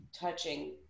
touching